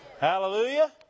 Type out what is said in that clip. Hallelujah